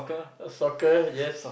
know soccer yes